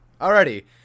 Alrighty